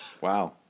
Wow